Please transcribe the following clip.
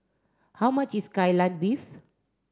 how much is Kai Lan beef